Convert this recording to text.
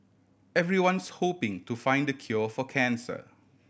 everyone's hoping to find the cure for cancer